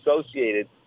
associated